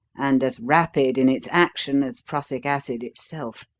and as rapid in its action as prussic acid itself.